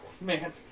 Man